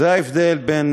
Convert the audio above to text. זה ההבדל בין